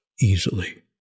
easily